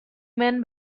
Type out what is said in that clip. men